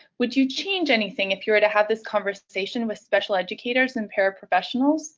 would you change anything if you were to have this conversation with special educators and paraprofessionals